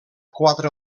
quatre